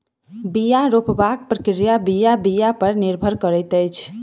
बीया रोपबाक प्रक्रिया बीया बीया पर निर्भर करैत अछि